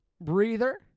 breather